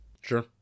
Sure